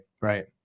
Right